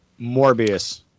Morbius